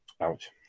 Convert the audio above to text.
Ouch